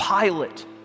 Pilate